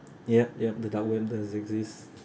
yup yup the government does exist